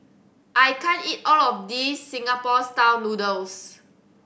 I can't eat all of this Singapore Style Noodles